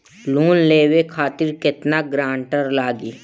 Loan लेवे खातिर केतना ग्रानटर लागी?